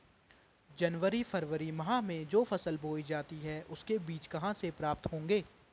जनवरी फरवरी माह में जो फसल बोई जाती है उसके बीज कहाँ से प्राप्त होंगे?